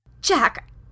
Jack